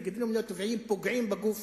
וגידולים לא טבעיים פוגעים בגוף